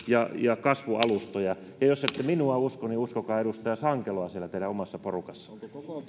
ja ja kasvualustoja jos ette minua usko niin uskokaa edustaja sankeloa siellä teidän omassa porukassanne